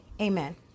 Amen